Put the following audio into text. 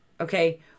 Okay